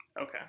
Okay